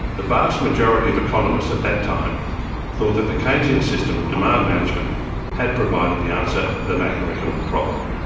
the vast majority of economists at that time thought that the keynesian system of demand management had provided the answer to the macroeconomic problem.